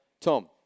Tom